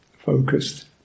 focused